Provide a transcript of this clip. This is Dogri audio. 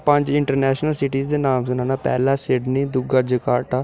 पंज इंटरनेशनल सीटिज दे नाम सनानां पैह्ला सिडनी दूआ जकार्टा